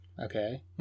Okay